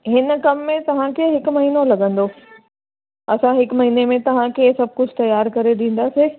हिन कमु में तव्हांखे हिकु महीनो लॻंदो असां हिकु महीने में तव्हांखे सभु कुझु तयार करे ॾींदासीं